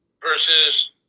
versus